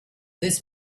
this